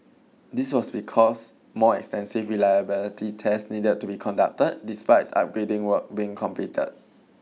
this was because more extensive reliability tests needed to be conducted despite upgrading work being complete